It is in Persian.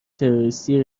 تروریستی